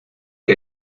que